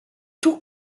tout